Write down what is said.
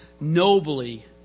nobly